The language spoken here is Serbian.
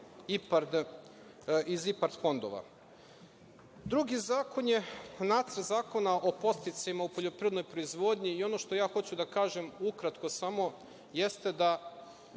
iz IPARD fondova. Drugi zakon je Nacrt zakona o podsticajima u poljoprivrednoj proizvodnji i ono što ja hoću da kažem, ukratko samo, jeste da